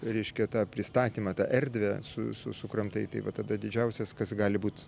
reiškia tą pristatymą tą erdvę su su sukramtai tai va tada didžiausias kas gali būt